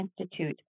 Institute